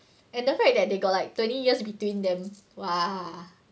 and the fact that they got like twenty years between them !wah!